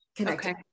okay